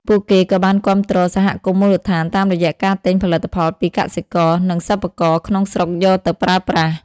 ពួកគេក៏បានគាំទ្រសហគមន៍មូលដ្ឋានតាមរយៈការទិញផលិតផលពីកសិករ និងសិប្បករក្នុងស្រុកយកទៅប្រើប្រាស់ ។